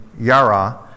yara